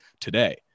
today